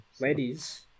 ladies